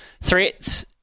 Threats